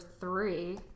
three